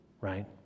right